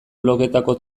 blogetako